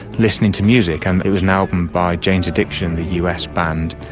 listening to music, and it was an album by jane's addiction, the us band,